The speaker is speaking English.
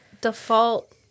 default